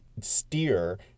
steer